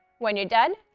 when you're done,